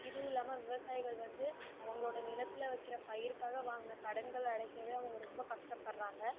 இதுவும் இல்லாம விவசாயிகள் வந்து அவங்களோட நிலத்தில் வைக்கிற பயிருக்காக வாங்கின கடன்கள் அடைக்கவே அவங்க ரொம்ப கஷ்டப்பட்றாங்க